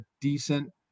decent